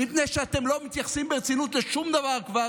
מפני שאתם לא מתייחסים ברצינות לשום דבר כבר